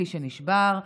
שיא שנשבר.